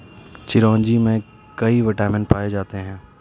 चिरोंजी में कई विटामिन पाए जाते हैं